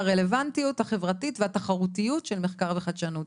הרלוונטיות החברתית והתחרותיות של מחקר וחדשנות.